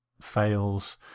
fails